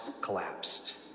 collapsed